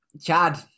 Chad